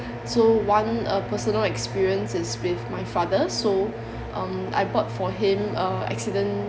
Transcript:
so one uh personal experience is with my father so um I bought for him uh accident